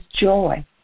joy